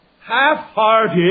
half-hearted